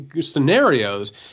scenarios